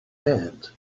hand